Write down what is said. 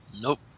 Nope